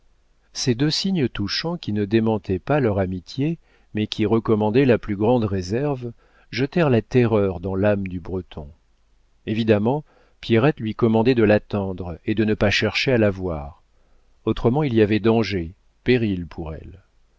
ces deux signes touchants qui ne démentaient pas leur amitié mais qui recommandaient la plus grande réserve jetèrent la terreur dans l'âme du breton évidemment pierrette lui commandait de l'attendre et de ne pas chercher à la voir autrement il y avait danger péril pour elle